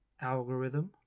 algorithm